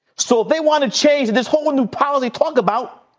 so they want to change this whole new policy talk about.